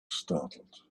startled